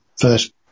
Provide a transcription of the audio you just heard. first